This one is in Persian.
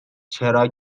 چرا